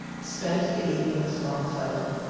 spent the evening with longfellow!